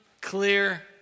clear